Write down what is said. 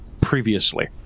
previously